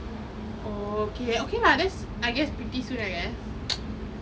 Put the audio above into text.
okay okay lah that's I guess pretty soon I guess